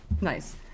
nice